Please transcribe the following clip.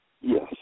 Yes